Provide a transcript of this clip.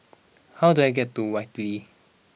how do I get to Whitley